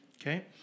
Okay